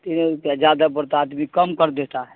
تین روپیہ زیادہ پڑتا آدمی کم کر دیتا ہے